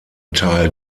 teil